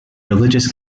religious